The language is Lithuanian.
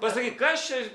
pasakyk kas čia